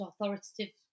authoritative